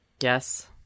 Yes